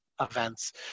events